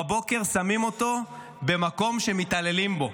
בבוקר שמים אותו במקום שמתעללים בו.